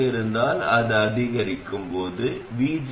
இருந்தாலும் பின்னர் அதை வைத்து அதன் விளைவை அலசுவேன்